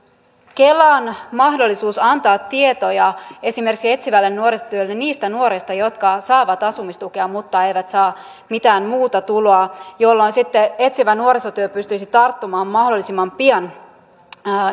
kelan mahdollisuus antaa tietoja esimerkiksi etsivälle nuorisotyölle niistä nuorista jotka saavat asumistukea mutta eivät saa mitään muuta tuloa jolloin sitten etsivä nuorisotyö pystyisi tarttumaan mahdollisimman pian